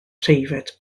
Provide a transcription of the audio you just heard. preifat